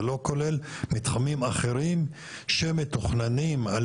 זה לא כולל מתחמים אחרים שמתוכננים על